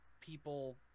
people